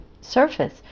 surface